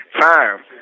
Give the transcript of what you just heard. time